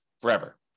forever